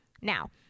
now